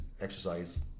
exercise